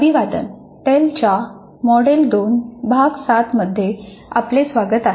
अभिवादन टेल च्या मॉडेल 2 भाग 7 मध्ये आपले स्वागत आहे